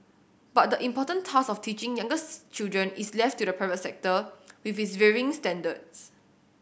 but the important task of teaching younger's children is left to the private sector with its varying standards